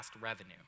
revenue